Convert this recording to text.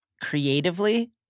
Creatively